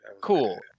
Cool